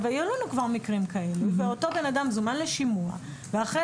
היו לנו כבר מקרים כאלה ואותו בן אדם זומן לשימוע ואחרי